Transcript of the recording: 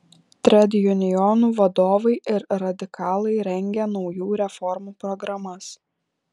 tredjunionų vadovai ir radikalai rengė naujų reformų programas